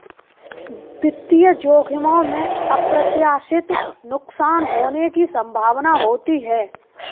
वित्तीय जोखिमों में अप्रत्याशित नुकसान होने की संभावना होती है